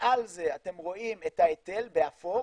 מעל זה אתם רואים את ההיטל, באפור,